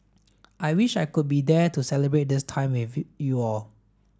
I wish I could be there to celebrate this time with you all